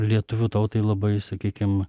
lietuvių tautai labai sakykim